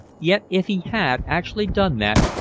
yet if he had actually done that,